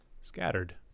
scattered